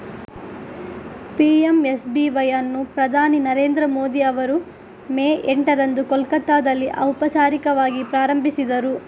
PMSBY ಅನ್ನು ಪ್ರಧಾನಿ ನರೇಂದ್ರ ಮೋದಿ ಅವರು ಮೇ ಎಂಟರಂದು ಕೋಲ್ಕತ್ತಾದಲ್ಲಿ ಔಪಚಾರಿಕವಾಗಿ ಪ್ರಾರಂಭಿಸಿದರು